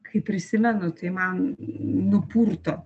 kai prisimenu tai man nupurto